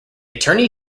attorney